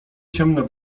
ciemne